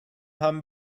haben